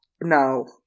No